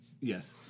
Yes